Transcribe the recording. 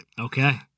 Okay